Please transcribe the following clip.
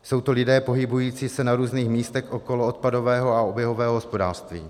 Jsou to lidé pohybující se na různých místech okolo odpadového a oběhového hospodářství.